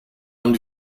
haben